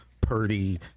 Purdy